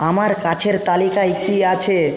আমার কাছের তালিকায় কী আছে